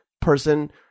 person